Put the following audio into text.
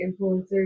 influencers